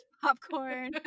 popcorn